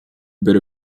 bit